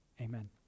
amen